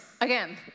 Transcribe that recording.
Again